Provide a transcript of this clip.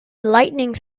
lightening